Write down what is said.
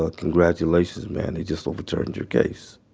ah congratulations, man, they just overturned your case.